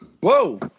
Whoa